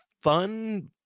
fun